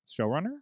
showrunner